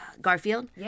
Garfield